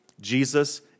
Jesus